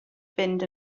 fynd